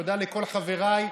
תודה לכל חבריי,